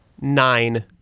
nine